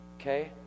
okay